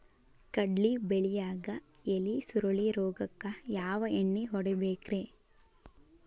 ಕಡ್ಲಿ ಬೆಳಿಯಾಗ ಎಲಿ ಸುರುಳಿ ರೋಗಕ್ಕ ಯಾವ ಎಣ್ಣಿ ಹೊಡಿಬೇಕ್ರೇ?